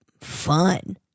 fun